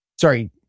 Sorry